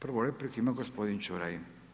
Prvu repliku ima gospodin Čuraj.